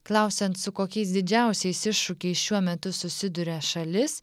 klausiant su kokiais didžiausiais iššūkiais šiuo metu susiduria šalis